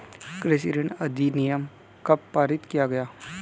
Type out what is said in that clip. कृषि ऋण अधिनियम कब पारित किया गया?